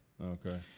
Okay